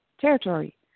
territory